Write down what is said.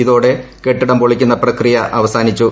ഇതോടെ കെട്ടിടം പൊളിക്കുന്ന പ്രക്രിയ അവസാനിച്ചു